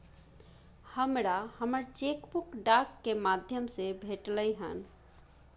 हमरा हमर cheque book डाक के माध्यम से भेटलय हन